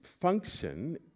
function